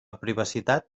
privacitat